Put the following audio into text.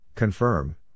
Confirm